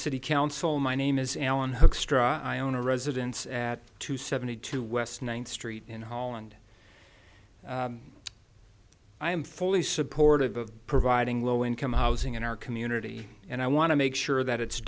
city council my name is alan hoekstra i own a residence at two seventy two west ninth street in holland i am fully supportive of providing low income housing in our community and i want to make sure that it's